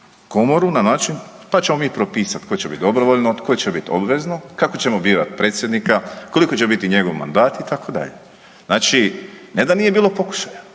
Komoru na način, to ćemo mi propisati tko će bit dobrovoljno, tko će biti obvezno, kako ćemo birati predsjednika, koliko će biti njegov mandat, itd. Znači ne da nije bilo pokušaja,